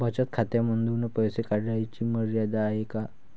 बचत खात्यांमधून पैसे काढण्याची मर्यादा आहे का?